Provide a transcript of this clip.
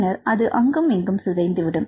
பின்னர் அது அங்கும் இங்கும் சிதைந்துவிடும்